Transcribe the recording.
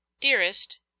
Dearest